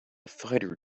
fighter